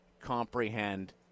comprehend